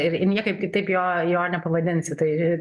ir ir niekaip kitaip jo jo nepavadinsi tai